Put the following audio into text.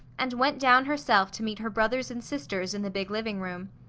and went down herself to meet her brothers and sisters in the big living room.